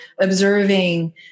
observing